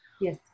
Yes